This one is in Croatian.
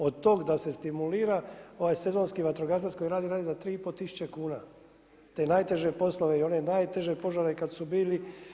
Od tog da se stimulira sezonski vatrogasac koji radi, radi za 3.500 kuna, te najteže poslove i one najteže požare kad su bili.